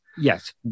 Yes